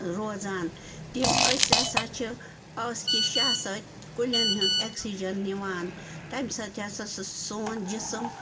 روزان تِم أسۍ ہَسا چھِ ٲس کہِ شاہ سۭتۍ کُلٮ۪ن ہُنٛد اٮ۪کسیٖجَن نِوان تَمہِ سۭتۍ ہَسا سُہ سون جِسم